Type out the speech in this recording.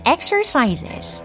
Exercises